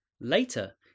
Later